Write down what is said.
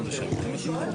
אני שואלת.